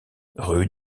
rue